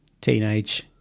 Teenage